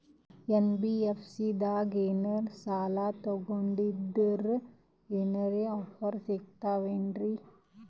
NBFC ದಾಗ ಏನ್ರ ಸಾಲ ತೊಗೊಂಡ್ನಂದರ ಏನರ ಆಫರ್ ಸಿಗ್ತಾವೇನ್ರಿ?